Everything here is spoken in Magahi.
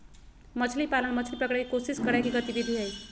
मछली पालन, मछली पकड़य के कोशिश करय के गतिविधि हइ